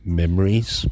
memories